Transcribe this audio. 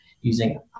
using